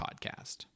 podcast